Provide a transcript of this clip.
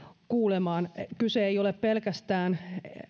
kuulemaan kyse ei ole pelkästään